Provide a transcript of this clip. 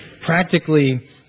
practically